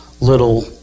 little